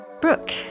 Brooke